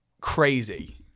crazy